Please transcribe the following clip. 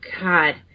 God